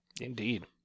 Indeed